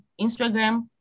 Instagram